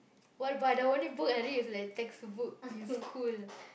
!wah! but the only book I read is like textbook in school